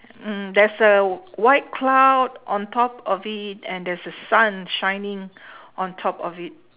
mm there's a white cloud on top of it and there's a sun shining on top of it